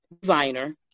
designer